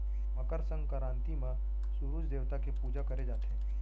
मकर संकरांति म सूरूज देवता के पूजा करे जाथे